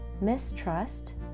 mistrust